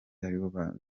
aribo